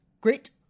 Great